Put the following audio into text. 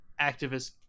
activist